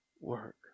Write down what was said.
work